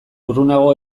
urrunago